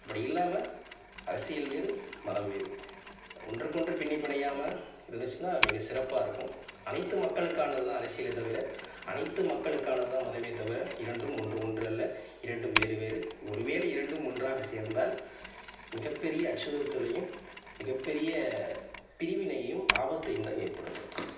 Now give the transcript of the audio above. அப்படி இல்லாமல் அரசியல் வேறு மதம் வேறு ஒன்றுக்கொன்று பின்னி பிணையாம இருந்துச்சுனா மிகச்சிறப்பாக இருக்கும் அனைத்து மக்களுக்கானது தான் அரசியலே தவிர அனைத்து மக்களுக்கானது தான் மதமே தவிர இரண்டும் ஒன்று ஒன்று அல்ல இரண்டும் வேறு வேறு ஒரு வேளை இரண்டும் ஒன்றாக சேர்ந்தால் மிகப்பெரிய அச்சுறுத்தலையும் மிகப்பெரிய பிரிவினையையும் ஆபத்தையும் தான் ஏற்படுத்தும்